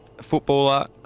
footballer